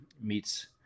meets